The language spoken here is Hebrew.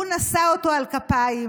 הוא נשא אותו על כפיים,